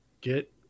get